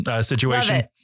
situation